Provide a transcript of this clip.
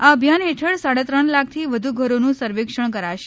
આ અભિયાન હેઠળ સાડા ત્રણ લાખથી વધુ ઘરોનુ સર્વેક્ષણ કરાશે